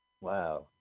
Wow